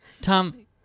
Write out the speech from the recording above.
tom